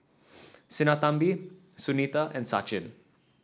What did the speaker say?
Sinnathamby Sunita and Sachin